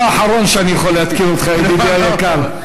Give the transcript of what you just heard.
אתה האחרון שאני יכול להתקיל אותך, ידידי היקר.